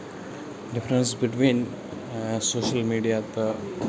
difference between social media تہٕ